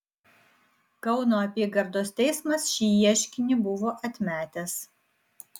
kauno apygardos teismas šį ieškinį buvo atmetęs